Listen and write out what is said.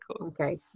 Okay